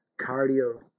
cardio